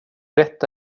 detta